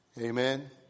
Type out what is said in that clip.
Amen